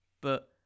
But-